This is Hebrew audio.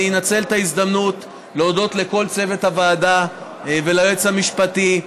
אני אנצל את ההזדמנות להודות לכל צוות הוועדה וליועץ המשפטי,